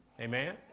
Amen